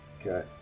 Okay